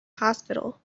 hospital